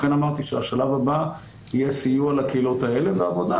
לכן אמרתי שהשלב הבא יהיה סיוע לקהילות האלה ועבודה,